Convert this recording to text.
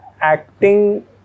acting